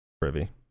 privy